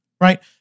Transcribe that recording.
right